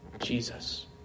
Jesus